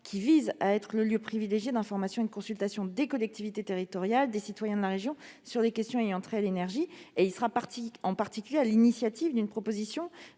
destiné à être le lieu privilégié d'information et de consultation des collectivités territoriales et des citoyens de la région sur les questions ayant trait à l'énergie. Ce comité sera en particulier chargé de proposer